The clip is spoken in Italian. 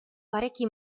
parecchi